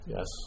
Yes